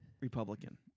Republican